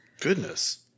Goodness